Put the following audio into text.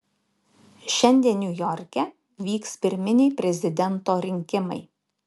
šiandien niujorke vyks pirminiai prezidento rinkimai